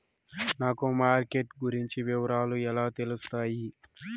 నాకు మార్కెట్ గురించి వివరాలు ఎలా తెలుస్తాయి?